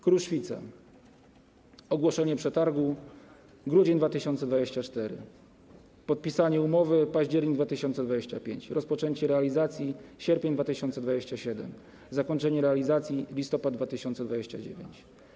Kruszwica - ogłoszenie przetargu: grudzień 2024, podpisanie umowy: październik 2025, rozpoczęcie realizacji: sierpień 2027, zakończenie realizacji: listopad 2029.